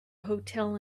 hotel